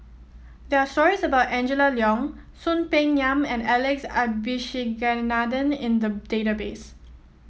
there are stories about Angela Liong Soon Peng Yam and Alex Abisheganaden in the database